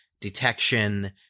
detection